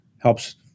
helps